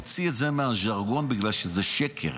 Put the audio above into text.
תוציא את זה מהז'רגון בגלל שזה שקר.